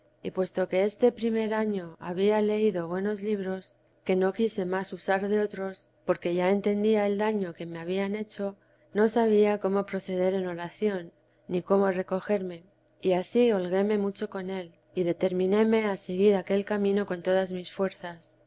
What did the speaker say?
y puesto que este primer año había leído buenos libros que no quise más usar de otros porque ya entendía el daño que me habían hecho no sabía cómo proceder en oración ni cómo recogerme y ansí holguéme mucho con él y determíneme a seguir aquel camino con todas mis fuerzas